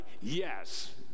Yes